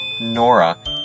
Nora